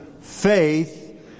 Faith